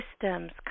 systems